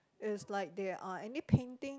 is like there are any painting